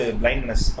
blindness